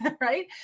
right